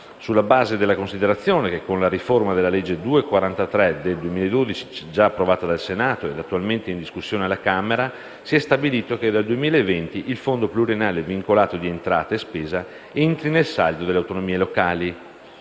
sulla base della considerazione che «con la riforma della legge n. 243 del 2012, già approvata dal Senato ed attualmente in discussione alla Camera, si è stabilito che dal 2020 il Fondo pluriennale vincolato di entrata e spesa entri nel saldo delle autonomie locali».